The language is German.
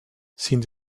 sind